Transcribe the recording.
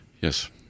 Yes